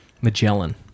Magellan